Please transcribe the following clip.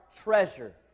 treasure